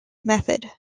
method